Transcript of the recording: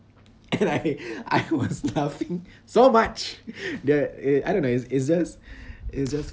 and I I was laughing so much that it I don't know it's it's just it's just